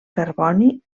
carboni